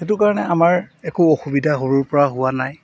সেইটো কাৰণে আমাৰ একো অসুবিধা সৰুৰপৰা হোৱা নাই